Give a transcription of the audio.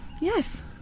Yes